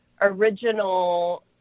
original